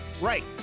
Right